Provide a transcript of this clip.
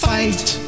Fight